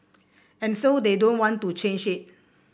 and so they don't want to change it